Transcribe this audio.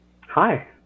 Hi